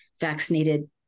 vaccinated